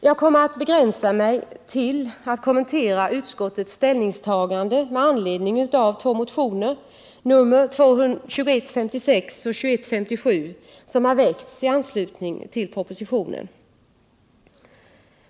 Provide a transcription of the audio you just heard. Jag kommer att begränsa mig till att kommentera utskottets ställningstagande med anledning av motionerna 2156 och 2157, som väckts i anslutning till propositionen.